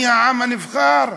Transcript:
אני העם הנבחר.